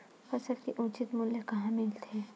फसल के उचित मूल्य कहां मिलथे?